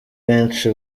benshi